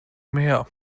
mehr